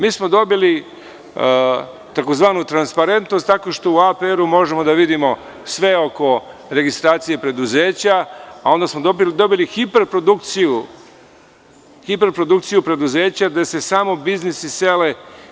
Mi smo dobili tzv. transparentnost tako što u APR-u možemo da vidimo sve oko registracije preduzeća, a onda smo dobili hiperprodukciju preduzeća, gde se samo biznisi sele.